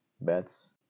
bets